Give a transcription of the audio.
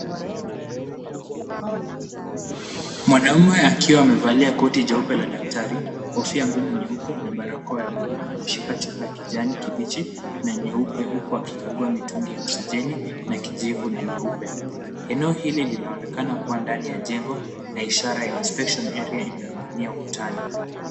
Mwanaume akiwa amevalia koti jeupe la daktari, kofia ngumu nyeupe, na barakoa ya buluu anashika chupa ya kijani kibichi na nyeupe huku akikagua mitungi ya oksijeni na kijivu na nyeupe. Eneo hili linaonekana kuwa ndani ya jengo, na ishara ya Inspection Area imening'inia ukutani.